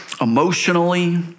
emotionally